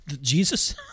Jesus